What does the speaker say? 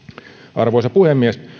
arvoisa puhemies